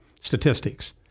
statistics